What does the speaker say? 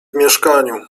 mieszkaniu